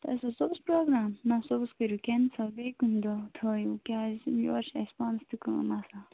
تۄہہِ اوسوٕ صبُحس پرٛوگرام نہَ صبُحس کٔرِو کیینسَل بیٚیہِ کُنہِ دۄہ تھٲوِو کیٛازِ یورٕ چھِ اَسہِ پانَس تہِ کٲم آسان